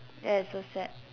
that is so sad